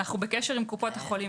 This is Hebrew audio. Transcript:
אנו בקשר עם קופות החולים.